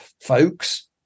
folks